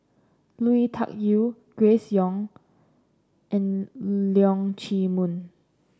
Lui Tuck Yew Grace Young and Leong Chee Mun